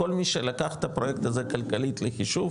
כל מי שלקח את הפרויקט הזה כלכלית לחישוב,